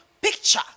picture